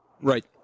Right